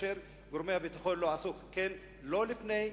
וגורמי הביטחון לא עשו כן לא לפני,